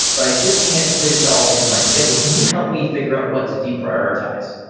but i just can't fit it all into my schedule. can you help me figure out what to deprioritize?